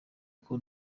uko